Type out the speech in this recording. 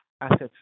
assets